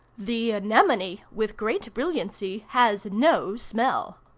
the anemone, with great brilliancy, has no smell.